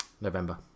November